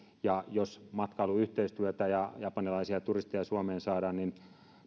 jos matkailuyhteistyötä ja japanilaisia turisteja suomeen saadaan niin